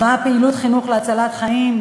אותה פעילות חינוך להצלת חיים,